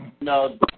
No